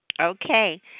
Okay